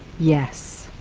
yes.